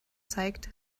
zeigt